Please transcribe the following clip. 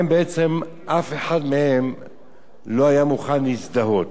בעצם, אף אחד מהם לא היה מוכן להזדהות.